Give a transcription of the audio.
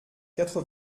quatre